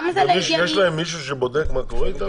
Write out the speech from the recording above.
גם זה לא הגיוני --- יש להם מישהו שבודק מה קורה איתם?